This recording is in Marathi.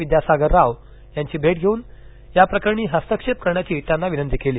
विद्यासागर राव यांची भेट घेऊन याप्रकरणी हस्तक्षेप करण्याची त्यांना विनंती केली